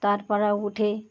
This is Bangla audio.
তারপরও উঠে